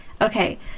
okay